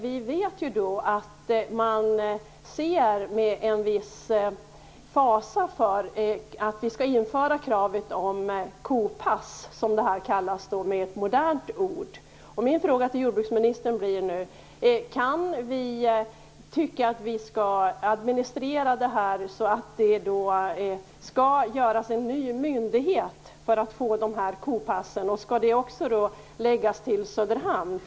Vi vet att man ser med viss fasa på kravet på kopass, som det kallas med ett modernt ord. Min fråga till jordbruksministern blir nu: Skall kopassen administreras vid en ny myndighet? Skall den förläggas till Söderhamn?